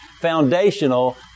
foundational